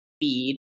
feed